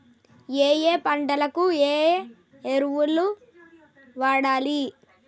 ఏయే పంటకు ఏ ఎరువులు వాడాలి?